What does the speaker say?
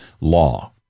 law